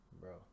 bro